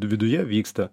viduje vyksta